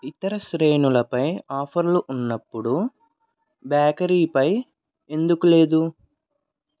ఇతర శ్రేణులపై ఆఫర్లు ఉన్నప్పుడు బ్యాకరీ పై ఎందుకు లేదు